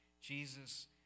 Jesus